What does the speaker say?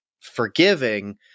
forgiving